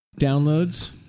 downloads